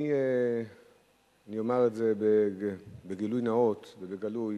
אני אומר את זה בגילוי נאות ובגלוי